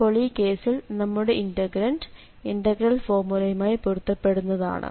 അപ്പോൾ ഈ കേസിൽ നമ്മുടെ ഇന്റഗ്രന്റ് ഇന്റഗ്രൽ ഫോർമുലയുമായി പൊരുത്തപ്പെടുന്നതാണ്